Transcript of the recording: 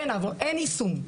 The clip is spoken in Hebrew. אין יישום.